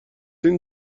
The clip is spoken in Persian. این